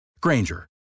Granger